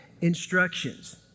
instructions